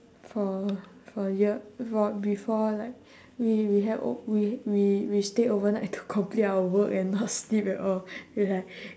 for for a year before before like we we had o~ we we we stayed overnight to complete our work and not sleep at all and like